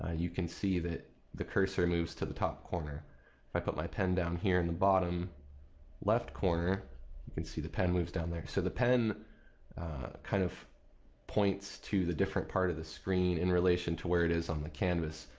you can see that the cursor moves to the top corner. but if i put my pen down here in the bottom left corner you can see the pen moves down there. so the pen kind of points to the different part of the screen in relation to where it is on the canvas.